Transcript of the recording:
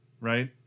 right